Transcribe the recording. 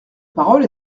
parole